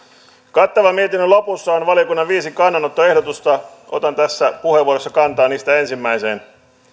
kattavan mietinnön lopussa on valiokunnan viisi kannanottoehdotusta otan tässä puheenvuorossa kantaa niistä ensimmäiseen